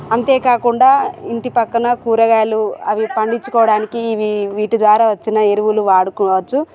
అంతే కాకుండా ఇంటి పక్కన కూరగాయలు అవి పండించుకోవడానికి ఇవి వీటి ద్వారా వచ్చిన ఎరువులు వాడుకోవచ్చు